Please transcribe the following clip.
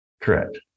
Correct